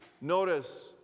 Notice